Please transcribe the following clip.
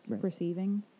perceiving